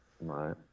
right